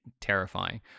terrifying